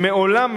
שמעולם,